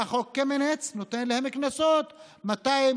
בא חוק קמיניץ ונותן להם קנסות של 200,000,